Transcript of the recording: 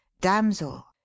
damsel